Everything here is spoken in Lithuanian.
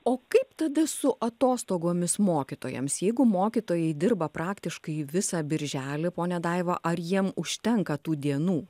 o kaip tada su atostogomis mokytojams jeigu mokytojai dirba praktiškai visą birželį ponia daiva ar jiem užtenka tų dienų